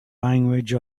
language